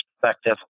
perspective